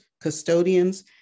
custodians